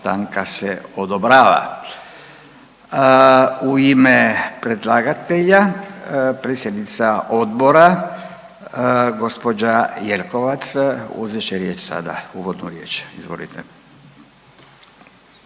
U ime predlagatelja predsjednica odbora gospođa Jelkovac uzet će riječ sada, uvodnu riječ. Izvolite.